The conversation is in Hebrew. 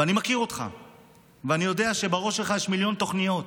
אני מכיר אותך ואני יודע שבראש שלך יש מיליון תוכניות